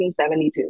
1972